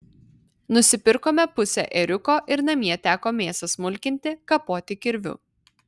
nusipirkome pusę ėriuko ir namie teko mėsą smulkinti kapoti kirviu